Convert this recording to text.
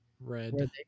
Red